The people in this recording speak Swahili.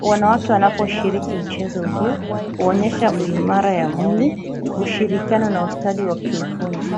Wanawake wanaposhiriki mchezo huu huonyesha uimara wa mwili, ushirikiano na ustadi wa kiufundi.